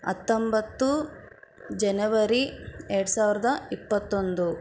ಹತ್ತೊಂಬತ್ತು ಜನವರಿ ಎರಡು ಸಾವಿರದ ಇಪ್ಪತ್ತೊಂದು